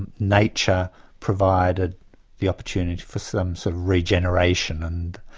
and nature provided the opportunity for some sort of regeneration and